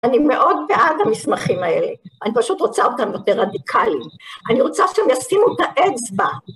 אני מאוד בעד המסמכים האלה, אני פשוט רוצה אותם יותר רדיקליים, אני רוצה שהם ישימו את האצבע.